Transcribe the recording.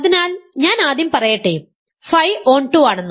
അതിനാൽ ഞാൻ ആദ്യം പറയട്ടെ ഫൈ ഓൺടു ആണെന്ന്